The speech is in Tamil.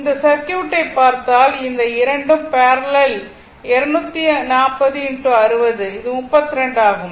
இந்த சர்க்யூட்டை பார்த்தால் இந்த இரண்டும் பேரலல் 240 x 60 இது 32 ஆகும்